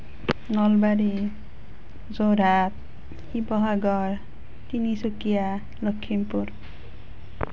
Nalbari Jorhat Sivasagar Tinsukia Lakhimpur